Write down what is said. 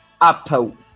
apple